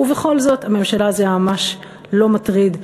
ובכל זאת את הממשלה זה ממש לא מטריד,